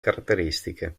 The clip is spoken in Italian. caratteristiche